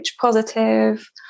positive